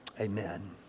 Amen